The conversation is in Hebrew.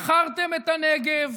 ומכרתם את הנגב